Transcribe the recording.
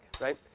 right